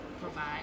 provide